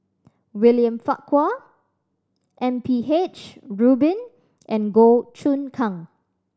William Farquhar M P H Rubin and Goh Choon Kang